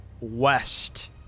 West